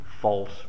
false